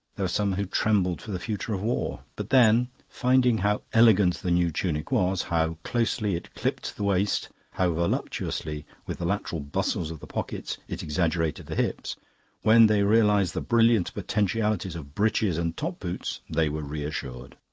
there were some who trembled for the future of war. but then, finding how elegant the new tunic was, how closely it clipped the waist, how voluptuously, with the lateral bustles of the pockets, it exaggerated the hips when they realized the brilliant potentialities of breeches and top-boots, they were reassured.